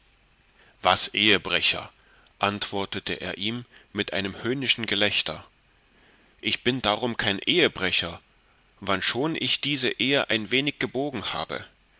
was ehebrecher antwortete er ihm mit einem höhnischen gelächter ich bin darum kein ehebrecher wannschon ich diese ehe ein wenig gebogen habe